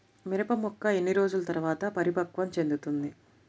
మిరప మొక్క ఎన్ని రోజుల తర్వాత పరిపక్వం చెందుతుంది?